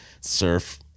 surf